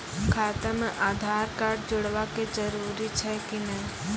खाता म आधार कार्ड जोड़वा के जरूरी छै कि नैय?